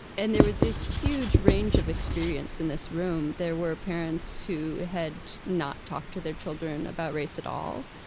and there was a huge range of experience in this room. there were parents who had not talked to their children about race at all,